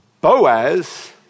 Boaz